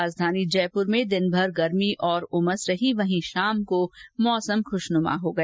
राजधानी जयपुर में दिनभर गर्मी और उमस रही वहीं शाम को मौसम खुशनुमा हो गया